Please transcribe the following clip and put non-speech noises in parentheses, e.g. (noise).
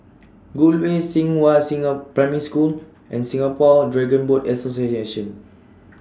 (noise) Gul Way Xinghua (unintelligible) Primary School and Singapore Dragon Boat Association